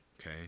Okay